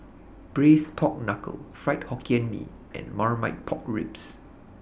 Braised Pork Knuckle Fried Hokkien Mee and Marmite Pork Ribs